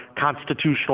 constitutional